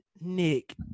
Nick